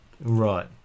Right